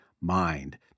Mind